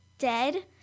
dead